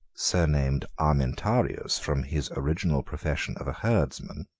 surnamed armentarius, from his original profession of a herdsman,